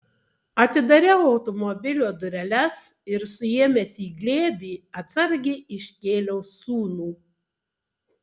atidariau automobilio dureles ir suėmęs į glėbį atsargiai iškėliau sūnų